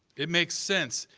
it makes sense,